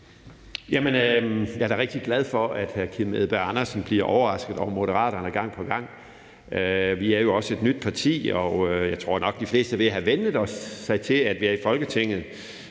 Jeg er da rigtig glad for, at hr. Kim Edberg Andersen bliver overrasket over Moderaterne gang på gang. Vi er jo også et nyt parti, og jeg tror nok, de fleste er ved at have vænnet sig til, at vi er i Folketinget.